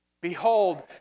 Behold